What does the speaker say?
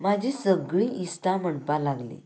म्हाजी सगलीं इश्टां म्हणपा लागलीं